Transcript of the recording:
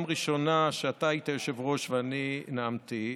ראשונה שאתה היית יושב-ראש ואני נאמתי,